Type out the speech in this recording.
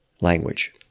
language